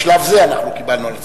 בשלב זה אנחנו קיבלנו על עצמנו,